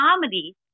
comedy